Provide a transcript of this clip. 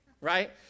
right